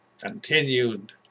continued